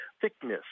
thickness